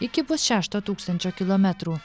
iki pusšešto tūkstančio kilometrų